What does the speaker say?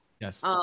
Yes